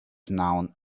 known